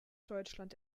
deutschland